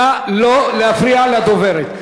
נא לא להפריע לדוברת.